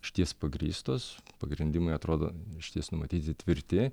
išties pagrįstos pagrindimai atrodo išties numatyti tvirti